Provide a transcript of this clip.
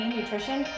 Nutrition